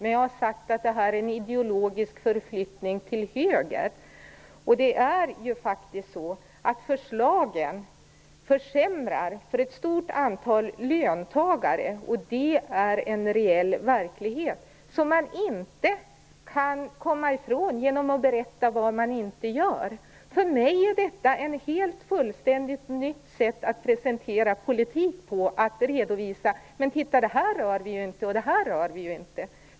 Men jag har sagt att det är en ideologisk förflyttning till höger. Det är faktiskt så att förslagen försämrar för ett stort antal löntagare och det är en realitet som man inte kan komma ifrån genom att berätta vad man inte gör. För mig är detta ett fullständigt nytt sätt att presentera politik, att säga: Men titta det här rör vi inte, och det här rör vi inte!